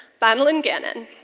madeline gannon.